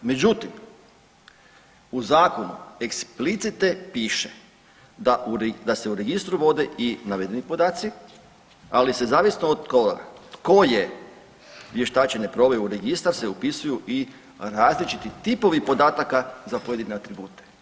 Međutim, u Zakon explicite piše da se u Registru vode i navedeni podaci, ali sve zavisno od koga tko je vještačenje proveo u Registar se upisuju i različiti tipovi podataka za pojedine atribute.